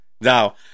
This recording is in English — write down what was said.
Now